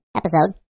episode